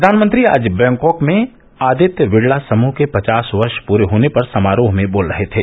प्रधानमंत्री आज बैंकॉक में आदित्य बिरला समूह के पचास वर्ष पूरे होने पर समारोह में बोल रहे थे